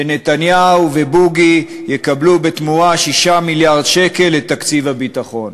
ונתניהו ובוגי יקבלו בתמורה 6 מיליארד שקל לתקציב הביטחון.